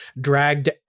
dragged